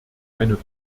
eine